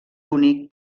únic